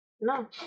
No